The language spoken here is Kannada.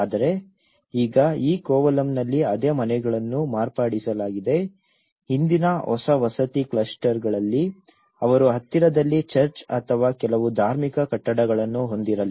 ಆದರೆ ಈಗ ಈ ಕೋವಲಂನಲ್ಲಿ ಅದೇ ಮನೆಗಳನ್ನು ಮಾರ್ಪಡಿಸಲಾಗಿದೆ ಹಿಂದಿನ ಹೊಸ ವಸತಿ ಕ್ಲಸ್ಟರ್ಗಳಲ್ಲಿ ಅವರು ಹತ್ತಿರದಲ್ಲಿ ಚರ್ಚ್ ಅಥವಾ ಕೆಲವು ಧಾರ್ಮಿಕ ಕಟ್ಟಡಗಳನ್ನು ಹೊಂದಿರಲಿಲ್ಲ